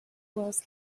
was